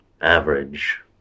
average